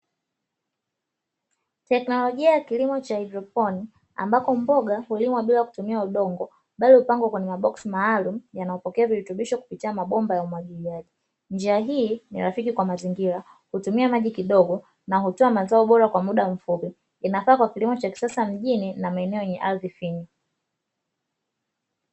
Teknolojia ya kilimo cha haidroponi, ambapo mboga hulimwa bila kutumia udongo bali hupangwa kwenye maboksi maalumu yanayopokea virutubisho kupitia mabomba ya umwagiliaji, njia hii ni rafiki kwa mazingira, hutumia maji kidogo na hutoa mazao bora kwa muda mfupi, inafaa kwa kilimo cha kisasa mjini na maeneo yenye ardhi finyu.